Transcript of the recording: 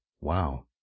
Wow